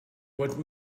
what